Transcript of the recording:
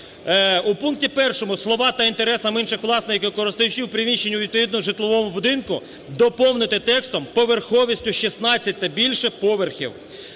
У пункті першому слова "та інтересам інших власників (користувачів) приміщень у відповідному житловому будинку" доповнити текстом "поверховістю 16 та більше поверхів".